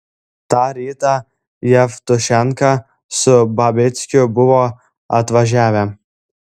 tą rytą jevtušenka su babickiu buvo atvažiavę